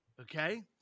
okay